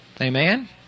Amen